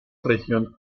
región